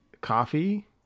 coffee